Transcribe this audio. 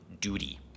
duty